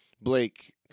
Blake